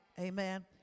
Amen